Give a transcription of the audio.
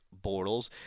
Bortles